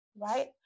right